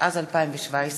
התשע"ז 2017,